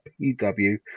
pw